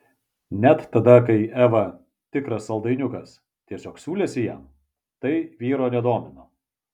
net tada kai eva tikras saldainiukas tiesiog siūlėsi jam tai vyro nedomino